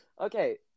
Okay